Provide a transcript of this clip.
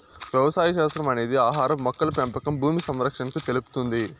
వ్యవసాయ శాస్త్రం అనేది ఆహారం, మొక్కల పెంపకం భూమి సంరక్షణను తెలుపుతుంది